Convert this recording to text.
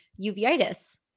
uveitis